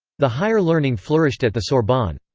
the higher learning flourished at the sorbonne.